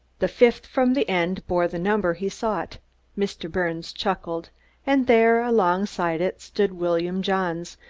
the fifth from the end bore the number he sought mr. birnes chuckled and there, alongside it, stood william johns,